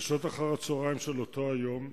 בשעות אחר-הצהריים של אותו היום,